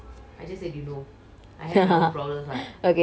okay ya ya ya oh that time all